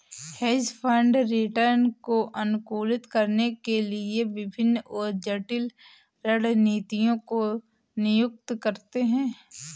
hedge fund return को अनुकूलित करने के लिए विभिन्न और जटिल रणनीतियों को नियुक्त करते हैं